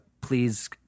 Please